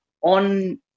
on